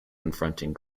confronting